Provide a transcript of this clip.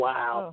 Wow